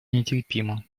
нетерпима